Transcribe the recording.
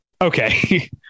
Okay